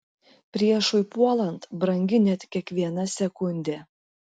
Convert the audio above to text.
priešui puolant brangi net kiekviena sekundė